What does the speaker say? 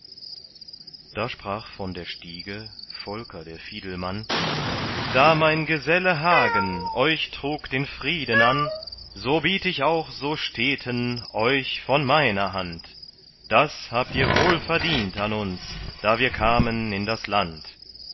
da sprach von der stiege volker der fiedelmann da mein geselle hagen euch trug den frieden an so biet ich auch so steten euch von meiner hand das habt ihr wohl verdient an uns da wir kamen in das land